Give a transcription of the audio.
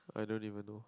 I don't even know